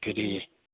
फेरि